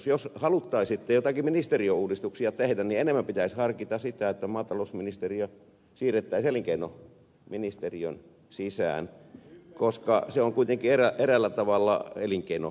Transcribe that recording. jos haluttaisiin että jotakin ministeriöuudistuksia tehdään niin enemmän pitäisi harkita sitä että maatalousministeriö siirrettäisiin elinkeinoministeriön sisään koska se on kuitenkin eräällä tavalla elinkeinotoimintaa